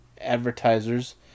advertisers